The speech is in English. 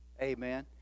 Amen